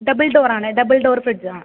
double door ആണേ double door fridge ആ